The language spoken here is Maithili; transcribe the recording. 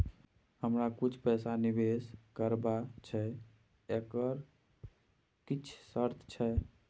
हमरा कुछ पैसा निवेश करबा छै एकर किछ शर्त छै?